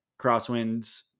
crosswinds